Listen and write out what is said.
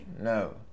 No